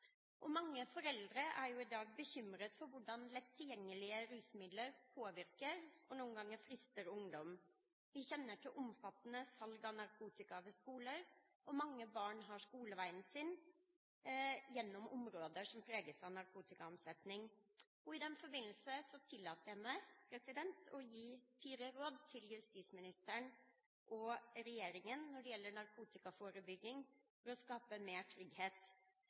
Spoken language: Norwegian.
Mange foreldre er i dag bekymret for hvordan lett tilgjengelige rusmidler påvirker og noen ganger frister ungdom. Vi kjenner til omfattende salg av narkotika ved skoler, og mange barn har skoleveien sin gjennom områder som preges av narkotikaomsetning. I den forbindelse tillater jeg meg å gi fire råd til justisministeren og regjeringen når det gjelder narkotikaforebygging for å skape mer trygghet.